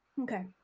okay